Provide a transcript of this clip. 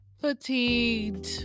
fatigued